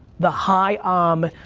the hi, um.